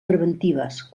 preventives